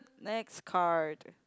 next card